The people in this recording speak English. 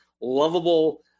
lovable